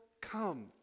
come